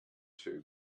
two